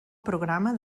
programa